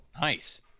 nice